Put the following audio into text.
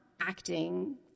acting